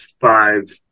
five